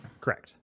Correct